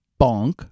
Bonk